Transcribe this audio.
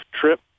trip